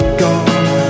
gone